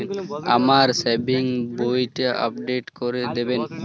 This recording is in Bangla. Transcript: আমার সেভিংস বইটা আপডেট করে দেবেন?